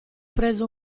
preso